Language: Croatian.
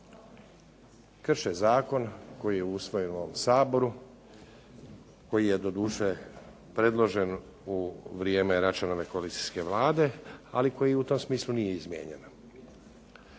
Krše zakon koji je usvojen u ovom Saboru, koji je doduše predložen u vrijeme Račanove koalicijske Vlade, ali koji u tom smislu nije izmijenjen.